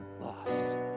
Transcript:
lost